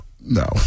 No